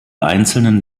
einzelnen